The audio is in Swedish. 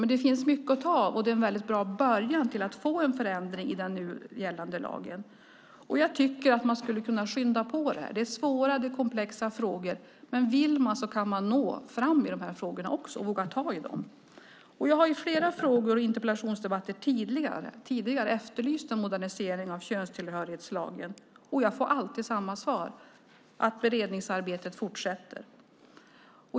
Men det finns mycket att ta där, och det är en väldigt bra början till att få en ändring i den nu gällande lagen. Man skulle kunna skynda på detta. Det är svåra och komplexa frågor. Vill man kan man också nå fram i dessa frågor och våga ta i dem. Jag har i flera tidigare frågor och interpellationsdebatter efterlyst en modernisering av könstillhörighetslagen. Jag får alltid samma svar: Beredningsarbetet fortsätter.